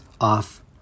off